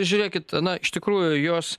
žiūrėkit na iš tikrųjų jos